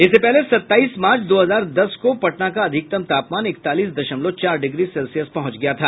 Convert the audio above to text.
इससे पहले सत्ताईस मार्च दो हजार दस को पटना का अधिकतम तापमान इकतालीस दशमलव चार डिग्री सेल्सियस पहुंच गया था